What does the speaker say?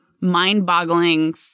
mind-boggling